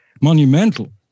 monumental